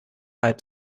halb